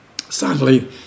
Sadly